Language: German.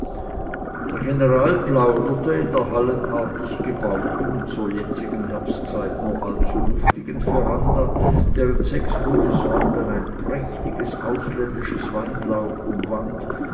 der general plauderte in der hallenartig gebauten und zur jetzigen herbstzeit nur allzu luftigen veranda deren sechs hohe säulen ein prächtiges ausländisches weinlaub umwand